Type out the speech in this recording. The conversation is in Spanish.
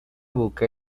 boca